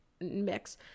mix